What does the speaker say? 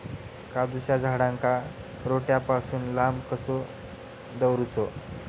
काजूच्या झाडांका रोट्या पासून लांब कसो दवरूचो?